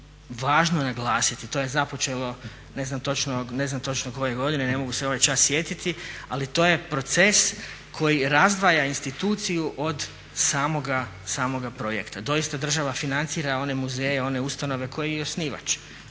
važno naglasiti. To je započelo ne znam točno koje godine, ne mogu se ovaj čas sjetiti, ali to je proces koji razdvaja instituciju od samoga projekta. Doista država financira one muzeje, one ustanove kojih je osnivač